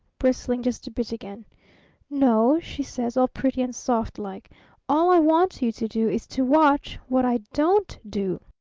bristling just a bit again no, she says, all pretty and soft-like all i want you to do is to watch what i don't do